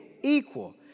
equal